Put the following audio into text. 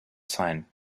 sign